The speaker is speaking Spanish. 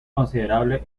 considerable